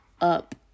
up